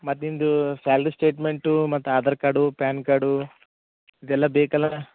ಮತ್ತು ನಿಮ್ಮದು salary statement ಮತ್ತು ಆಧಾರ್ ಕಾರ್ಡು ಪ್ಯಾನ್ ಕಾರ್ಡು ಇದೆಲ್ಲ ಬೇಕಲ್ಲ